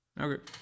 Okay